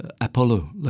Apollo